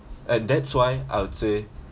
and that's why I would say